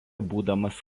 būdamas